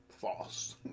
false